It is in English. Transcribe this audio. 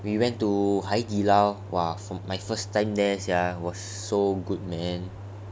we went to 海底捞 !wah! from my first time there sia !wah! was so good man